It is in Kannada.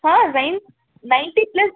ಹಾಂ ನೈನ್ ನೈನ್ಟಿ ಪ್ಲಸ್